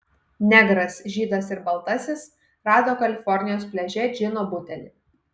negras žydas ir baltasis rado kalifornijos pliaže džino butelį